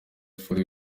fully